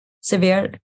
severe